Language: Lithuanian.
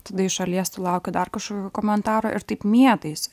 tada iš šalies sulauki dar kažkokių komentarų ir taip mėtais